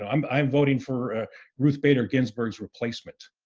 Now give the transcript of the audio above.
um i'm voting for ruth bader ginsburg's replacement.